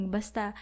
Basta